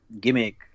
gimmick